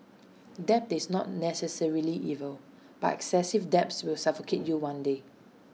debt is not necessarily evil but excessive debts will suffocate you one day